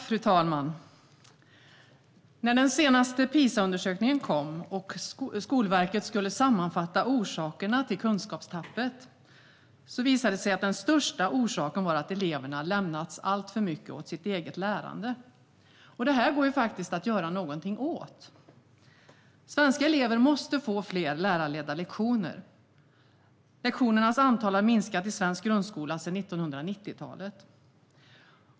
Fru talman! När den senaste PISA-undersökningen kom och Skolverket skulle sammanfatta orsakerna till kunskapstappet visade sig det sig att den största orsaken var att eleverna lämnats alltför mycket åt sitt eget lärande. Detta går faktiskt att göra något åt. Svenska elever måste få fler lärarledda lektioner. Lektionernas antal har minskat i svensk grundskola sedan 1990-talet.